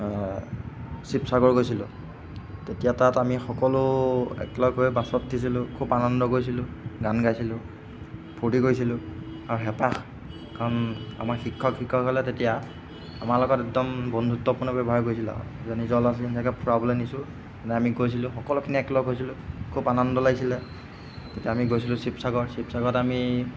শিবসাগৰ গৈছিলো তেতিয়া তাত আমি সকলো একলগ হৈ বাছত উঠিছিলো খুব আনন্দ কৰিছিলো গান গাইছিলো ফূৰ্তি কৰিছিলো আৰু হেঁপাহ কাৰণ আমাৰ শিক্ষক শিক্ষকসকলে তেতিয়া আমাৰ লগত একদম বন্ধুত্বপূৰ্ণ ব্যৱহাৰ কৰিছিল আৰু যে নিজৰ ল'ৰা ছোৱালীৰ নিচিনাকৈ ফুৰাবলৈ নিছোঁ মানে আমি গৈছিলো সকলোখিনি একলগ হৈছিলো খুব আনন্দ লাগিছিলে তেতিয়া আমি গৈছিলো শিবসাগৰ শিবসাগৰত আমি